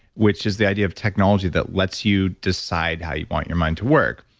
which is the idea of technology that lets you decide how you want your mind to work.